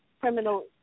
criminal